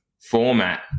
format